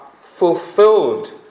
fulfilled